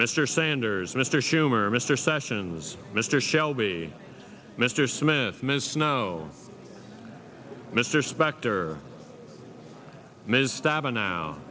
mr sanders mr schumer mr sessions mr shelby mr smith ms snow mr specter